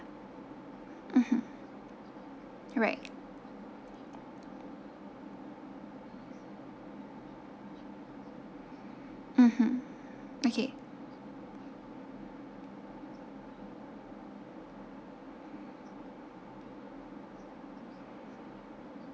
mmhmm alright mmhmm okay